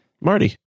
Marty